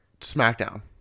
SmackDown